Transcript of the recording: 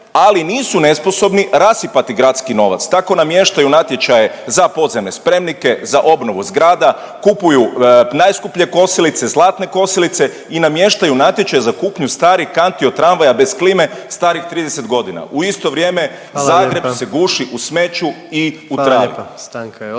ali nisu nesposobni rasipati gradski novac. Tako namještaju natječaje za podzemne spremnike za obnovu zgrada, kupuju najskuplje kosilice zlatne kosilice i namještaju natječaj za kupnju starih kanti od tramvaja bez klime starih 30 godina. U isto vrijeme …/Upadica predsjednik: Hvala